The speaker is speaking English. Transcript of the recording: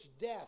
death